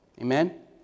Amen